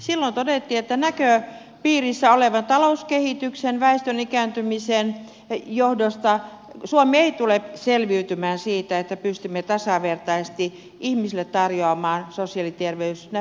silloin todettiin että näköpiirissä olevan talouskehityksen väestön ikääntymisen johdosta suomi ei tule selviytymään siitä että pystymme tasavertaisesti ihmisille tarjoamaan sosiaali ja terveyspalvelut nämä peruspalvelut